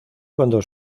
cuando